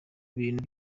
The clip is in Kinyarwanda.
bintu